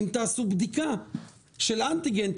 אם תעשו בדיקה של אנטיגן,